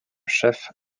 chef